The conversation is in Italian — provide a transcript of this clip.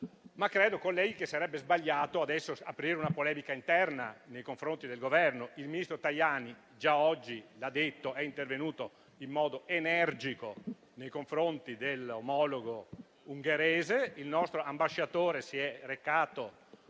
colleghi, che sarebbe sbagliato aprire adesso una polemica interna nei confronti del Governo. Il ministro Tajani già oggi ha detto di essere intervenuto in modo energico nei confronti dell'omologo ungherese. Il nostro ambasciatore si è recato